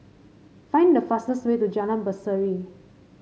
find the fastest way to Jalan Berseri